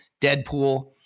Deadpool